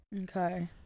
Okay